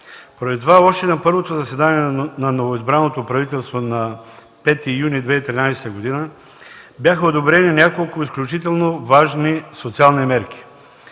Поради това още на първото заседание на новоизбраното правителство на 5 юни 2013 г. бяха одобрени няколко изключително важни социални мерки.